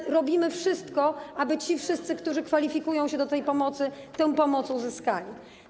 Tak, robimy wszystko, aby ci wszyscy, którzy kwalifikują się do tej pomocy, tę pomoc uzyskali.